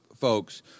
folks